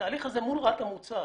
התהליך הזה מול רת"א מוצה.